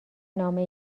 نامه